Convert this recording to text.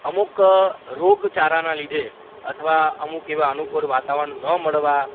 અમુક રોગચાળાના લીધે અથવા અમુક એવા અનુકૂળ વાતાવરણ ન મળવા